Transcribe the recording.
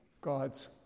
God's